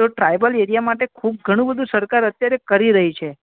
તો tribal area માટે ખૂબ ઘણું બધુ સરકાર અત્યારે કરી રહી છે